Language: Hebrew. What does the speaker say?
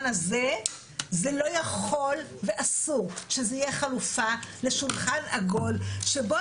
הזה - זה לא יכול ואסור שזה יהיה חלופה לשולחן עגול שבו,